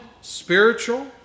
spiritual